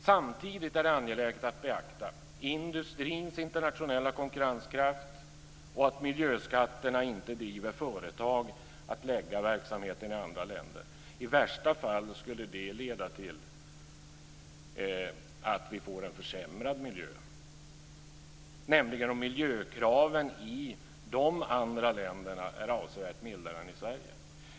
Samtidigt är det angeläget att beakta industrins internationella konkurrenskraft och att miljöskatterna inte driver företag att lägga verksamheten i andra länder. I värsta fall skulle det leda till att vi får en försämrad miljö, nämligen om miljökraven i dessa andra länder är avsevärt mildare än i Sverige.